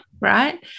right